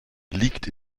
liegt